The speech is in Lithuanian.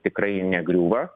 tikrai negriūva